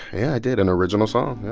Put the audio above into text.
yeah, i did an original song yeah